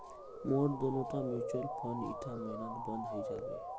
मोर दोनोटा mutual fund ईटा महिनात बंद हइ जाबे